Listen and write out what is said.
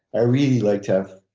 i really like to have